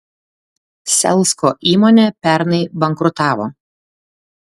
selsko įmonė pernai bankrutavo